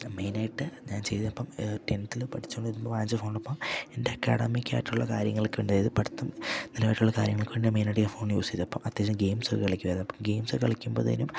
മെയിനായിട്ട് ഞാൻ ചെയ്തപ്പം ടെൻത്തില് പഠിച്ചോണ്ടിരുന്നപ്പോ വാങ്ങിച്ച ഫോണപ്പ എൻ്റെ അക്കാടമിക്കായിട്ടുള്ള കാര്യങ്ങൾക്ക് വേണ്ടി അതായത് പഠിത്തം നിലവിലുള്ള കാര്യങ്ങൾക്ക് വേണ്ടിയാ മെയിനായിട്ട് ഞാൻ ഫോൺ യൂസ് ചെയ്തപ്പം അത്യാവ്യശ്യം ഗെയിമ്സോക്കെ കളിക്കുവായിരുന്നപ്പം ഗെയിംസൊക്കെ കളിക്കുമ്പത്തെനും